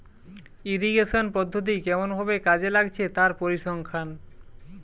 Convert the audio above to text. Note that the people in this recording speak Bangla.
ইরিগেশন পদ্ধতি কেমন ভাবে কাজে লাগছে তার পরিসংখ্যান